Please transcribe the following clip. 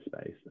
space